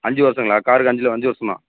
அஞ்சு வருஷங்களா காருக்கு அஞ்சி அஞ்சு வருஷமா